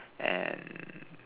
and